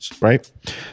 right